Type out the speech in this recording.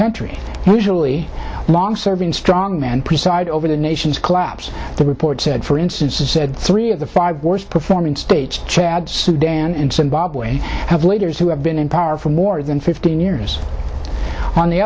country usually long serving strongman preside over the nation's collapse the report said for instance said three of the five worst performing states chad sudan in some bob way have leaders who have been in power for more than fifteen years on the